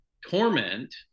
torment